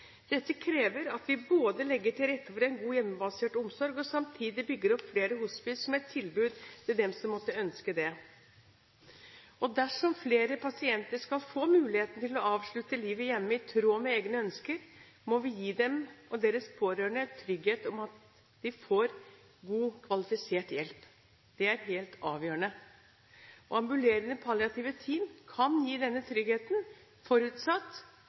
Dette krever at vi både legger til rette for en god hjemmebasert omsorg og samtidig bygger opp flere hospice, som et tilbud til dem som måtte ønske det. Dersom flere pasienter skal få muligheten til å avslutte livet hjemme, i tråd med egne ønsker, må vi gi dem og deres pårørende trygghet for at de får god, kvalifisert hjelp. Det er helt avgjørende. Ambulerende palliative team kan gi denne tryggheten, forutsatt